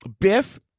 Biff